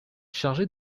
chargé